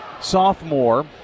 sophomore